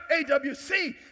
AWC